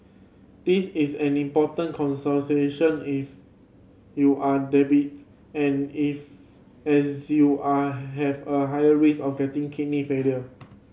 this is an important if you are and if as you are have a higher risk of getting kidney failure